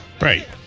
right